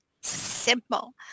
simple